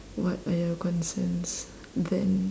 what are your concerns then